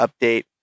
update